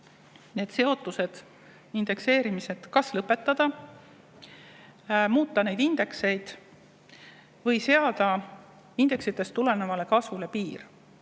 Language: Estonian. need seotused, indekseerimised lõpetada, muuta indekseid või seada indeksitest tulenevale kasvule piir.